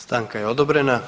Stanka je odobrena.